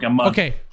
okay